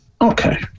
Okay